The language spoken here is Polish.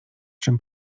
czym